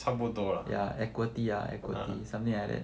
差不多 lah ah